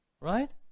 Right